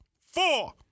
four